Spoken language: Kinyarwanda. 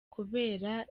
kubera